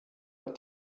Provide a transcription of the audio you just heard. but